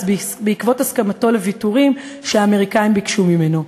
בעקבות הסכמתו לוויתורים שהאמריקנים ביקשו ממנו.